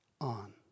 on